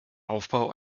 aufbau